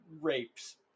rapes